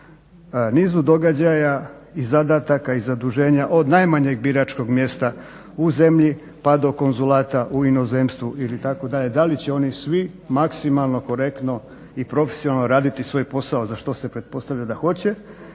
nizu događaja i zadataka i zaduženja od najmanjeg biračkog mjesta u zemlji pa do konzulata u inozemstvu ili tako dalje da li će oni svi maksimalno korektno i profesionalno raditi svoj posao za što se pretpostavlja da hoće,